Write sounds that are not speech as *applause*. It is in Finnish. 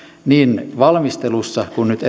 niin lain valmistelussa kuin nyt *unintelligible*